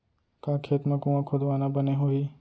का खेत मा कुंआ खोदवाना बने होही?